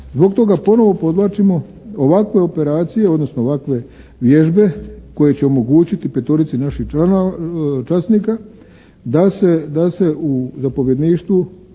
Zbog toga ponovo podvlačimo ovakve operacije, odnosno ovakve vježbe koje će omogućiti petorici naših članova, časnika da se u zapovjedništvu